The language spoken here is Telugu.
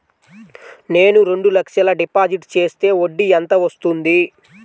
నేను రెండు లక్షల డిపాజిట్ చేస్తే వడ్డీ ఎంత వస్తుంది?